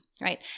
right